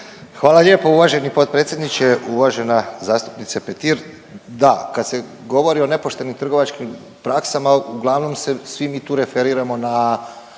Hvala lijepo uvaženi potpredsjedniče, uvažena zastupnice Petir. Da, kad se govori o nepoštenim trgovačkim praksama uglavnom se svi mi tu referiramo na